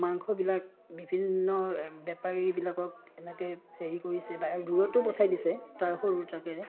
মাংসবিলাক বিভিন্ন বেপাৰীবিলাকক এনেকৈ হেৰি কৰিছে বা দূৰতো পঠাই দিছে সৰু ট্ৰাকেৰে